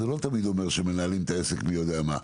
זה לא תמיד אומרים שמנהלים את העסק מי יודע מה.